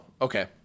okay